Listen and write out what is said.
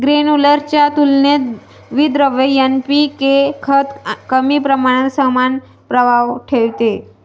granular च्या तुलनेत विद्रव्य एन.पी.के खत कमी प्रमाणात समान प्रभाव ठेवते